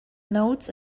nodes